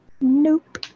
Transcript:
Nope